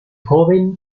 joven